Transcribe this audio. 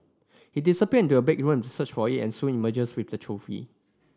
he disappear to a bedroom to search for it and soon emerges with the trophy